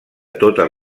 totes